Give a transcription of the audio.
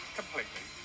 completely